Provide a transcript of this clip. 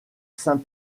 saint